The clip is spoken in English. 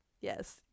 Yes